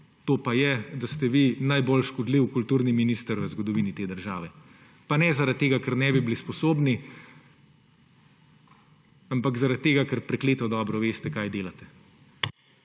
to pa je, da ste vi najbolj škodljiv kulturni minister v zgodovini te države. Pa ne zaradi tega, ker ne bi bili sposobni, ampak zaradi tega, ker prekleto dobro veste, kaj delate.